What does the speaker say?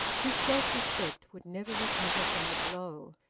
his self-respect would never recover from the blow.